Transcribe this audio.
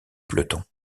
peloton